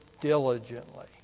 diligently